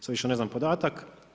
Sad više ne znam podatak.